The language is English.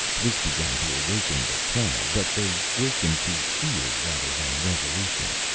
this began to awaken the crowd, but they wakened to fear rather than resolution.